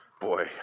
Boy